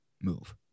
move